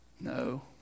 No